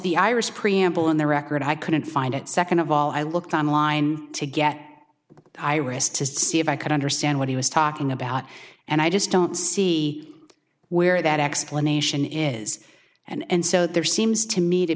the iris preamble in the record i couldn't find it second of all i looked online to get iris to see if i could understand what he was talking about and i just don't see where that explanation is and so there seems to me to